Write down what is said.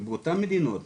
באותן המדינות